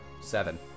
Seven